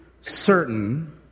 certain